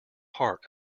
heart